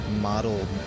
model